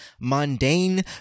mundane